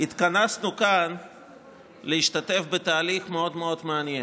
התכנסנו כאן להשתתף בתהליך מאוד מעניין.